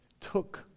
took